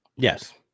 Yes